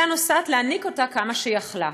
הייתה נוסעת להיניק אותה כמה שיכלה.